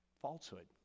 falsehood